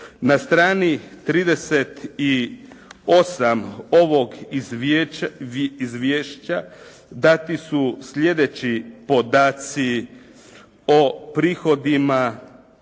Na strani 38 ovog izvješća dati su sljedeći podaci o prihodima